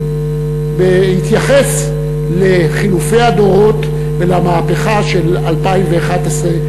בהתייחס לחילופי הדורות ולמהפכה של 2011,